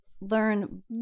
learn